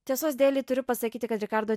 tiesos dėlei turiu pasakyti kad rikardo